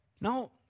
Now